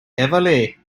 heavily